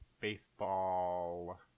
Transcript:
baseball